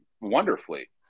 wonderfully